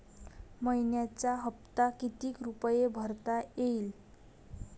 मइन्याचा हप्ता कितीक रुपये भरता येईल?